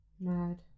Mad